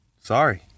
sorry